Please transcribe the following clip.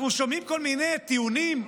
אנחנו שומעים כל מיני טיעונים,